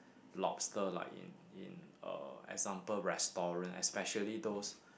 lobster like in in uh example restaurant especially those